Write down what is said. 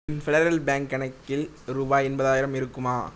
federal Bank கணக்கில் ரூபாய் எண்பதாயிரம் இருக்குமா